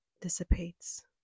dissipates